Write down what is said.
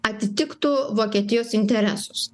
atitiktų vokietijos interesus